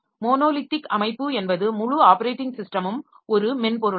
monolithic அமைப்பு என்பது முழு ஆப்பரேட்டிங் ஸிஸ்டமும் ஒரு மென்பொருளாகும்